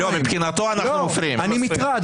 אתה מפריע.